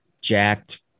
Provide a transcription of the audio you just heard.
jacked